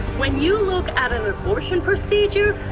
when you look at an abortion procedure,